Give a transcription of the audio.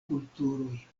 kulturoj